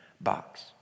box